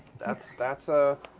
that's that's a